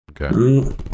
okay